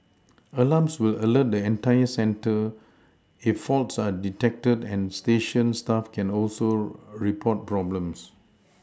alarms will alert the centre if faults are detected and station staff can also report problems